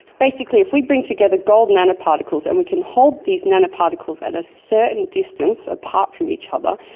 basically if we bring together gold nano-particles and we can hold these nano-particles at a certain distance apart from each other,